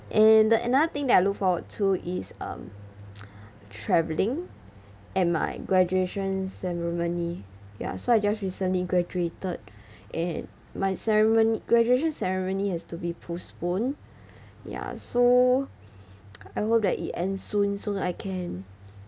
and the another thing that I look forward to is um travelling and my graduation ceremony ya so I just recently graduated and my ceremony graduation ceremony has to be postponed ya so I hope that it end soon so I can